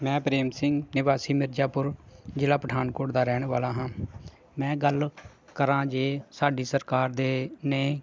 ਮੈਂ ਪ੍ਰੇਮ ਸਿੰਘ ਨਿਵਾਸੀ ਮਿਰਜਾਪੁਰ ਜ਼ਿਲ੍ਹਾ ਪਠਾਨਕੋਟ ਦਾ ਰਹਿਣ ਵਾਲਾ ਹਾਂ ਮੈਂ ਗੱਲ ਕਰਾਂ ਜੇ ਸਾਡੀ ਸਰਕਾਰ ਦੇ ਨੇ